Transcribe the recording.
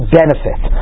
benefit